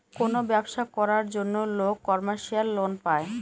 কোনো ব্যবসা করার জন্য লোক কমার্শিয়াল লোন পায়